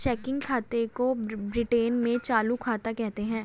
checking खाते को Britain में चालू खाता कहते हैं